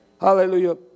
Hallelujah